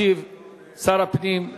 ישיב שר הפנים,